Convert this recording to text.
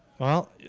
well